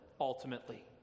ultimately